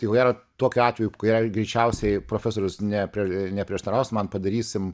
tai ko gero tokiu atveju ir jei greičiausiai profesorius ne prie neprieštaraus man padarysim